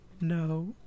no